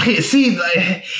see